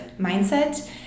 mindset